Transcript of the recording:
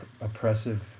oppressive